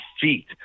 feet